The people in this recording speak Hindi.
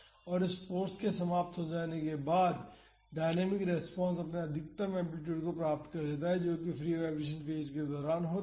और इस फाॅर्स के समाप्त होने के बाद डायनामिक रेस्पॉन्स अपने अधिकतम एम्पलीटूड को प्राप्त कर लेता है जो कि फ्री वाईब्रेशन फेज के दौरान होता है